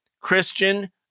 Christian